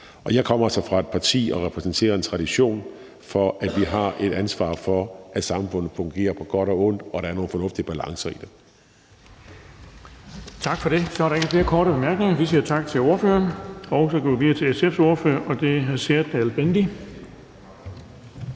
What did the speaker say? Jeg kommer så fra et parti og repræsenterer en tradition for, at vi har et ansvar for, at samfundet fungerer på godt og ondt, og at der er nogle fornuftige balancer i det.